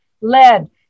lead